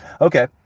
okay